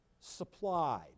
Supplied